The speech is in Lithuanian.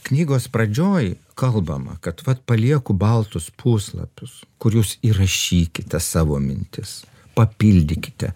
knygos pradžioj kalbama kad vat palieku baltus puslapius kur jūs įrašykite savo mintis papildykite